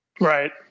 Right